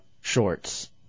shorts